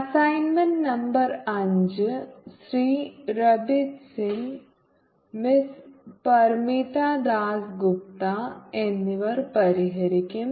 assignment number അഞ്ച് Shri Rabeet Singh miss Parmita Das Gupta എന്നിവർ പരിഹരിക്കും